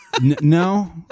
No